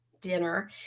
dinner